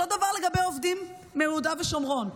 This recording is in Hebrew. אותו דבר לגבי העובדים מיהודה ושומרון.